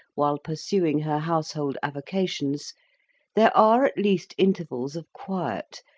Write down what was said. while pursuing her household avocations there are at least intervals of quiet,